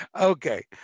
Okay